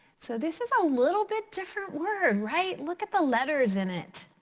so this is a little bit different word right? look at the letters in it.